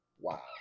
Wow